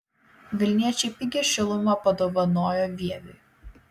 vilniečiai pigią šilumą padovanojo vieviui